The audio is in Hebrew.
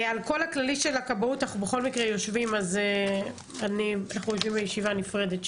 על כל הכללי של הכבאות אנחנו בכל מקרה יושבים בישיבה נפרדת,